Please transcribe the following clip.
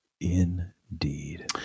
indeed